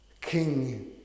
King